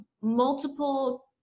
multiple